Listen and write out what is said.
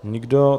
Nikdo.